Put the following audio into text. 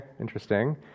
interesting